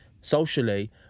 socially